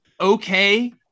okay